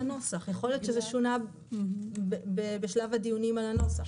יכול להיות שזה שונה בשלב הדיונים על הנוסח.